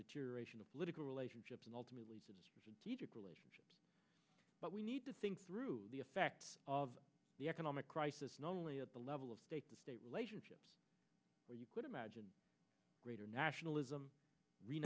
deterioration of political relationships and ultimately relationships but we need to think through the effects of the economic crisis not only at the level of state the state relationships where you could imagine greater nationalism